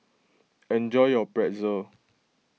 enjoy your Pretzel